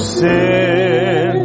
sin